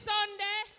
Sunday